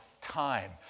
time